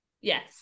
yes